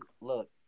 Look